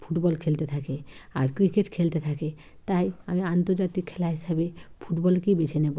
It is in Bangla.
ফুটবল খেলতে থাকে আর ক্রিকেট খেলতে থাকে তাই আমি আন্তর্জাতিক খেলা হিসেবে ফুটবলকেই বেছে নেবো